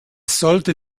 sollte